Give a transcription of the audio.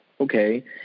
okay